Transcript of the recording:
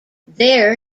there